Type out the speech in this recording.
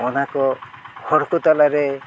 ᱚᱱᱟᱠᱚ ᱦᱚᱲ ᱠᱚ ᱛᱟᱞᱟᱨᱮ